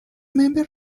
members